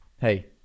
Hey